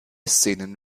szenen